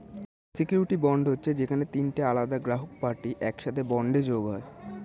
surety bond হচ্ছে যেখানে তিনটে আলাদা গ্রাহক পার্টি একসাথে বন্ডে যোগ হয়